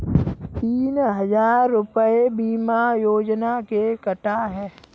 तीन हजार रूपए बीमा योजना के कटा है